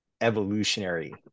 evolutionary